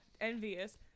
Envious